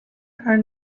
are